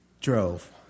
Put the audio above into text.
drove